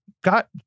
got